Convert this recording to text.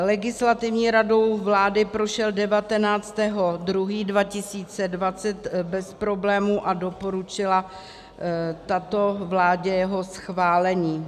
Legislativní radou vlády prošel 19. 2. 2020 bez problémů a doporučila tato vládě jeho schválení.